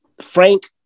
Frank